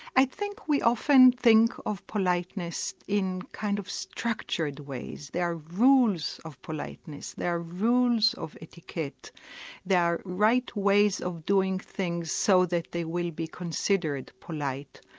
i think we often think of politeness in kind of structured ways. there are rules of politeness, there are rules of etiquette there are right ways of doing things so that they will be considered polite,